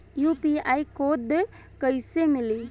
UPI code कैसे मिली?